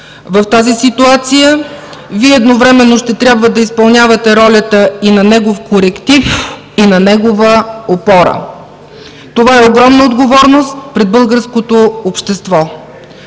В тази ситуация Вие едновременно ще трябва да изпълнявате ролята и на негов коректив, и на негова опора. Това е огромна отговорност пред българското общество.